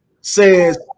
says